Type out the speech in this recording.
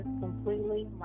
completely